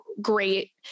great